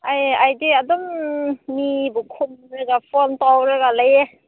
ꯑꯩ ꯑꯩꯗꯤ ꯑꯗꯨꯝ ꯃꯤꯕꯨ ꯈꯨꯝꯂꯒ ꯐꯣꯟ ꯇꯧꯔꯒ ꯂꯩꯌꯦ